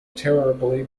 terribly